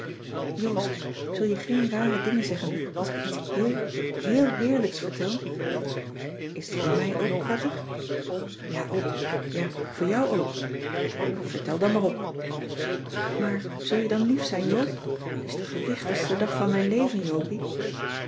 joost zul je geen rare dingen zeggen als ik je iets heel heèl heerlijks vertel is t voor mij ook prettig ja ook ja voor jou ook vertel dan maar op maar zul je dan lief zijn joop t is de gewichtigtse dag van mijn leven jopie